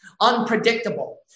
unpredictable